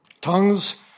tongues